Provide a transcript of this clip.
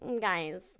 guys